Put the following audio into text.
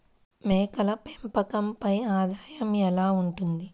మేకల పెంపకంపై ఆదాయం ఎలా ఉంటుంది?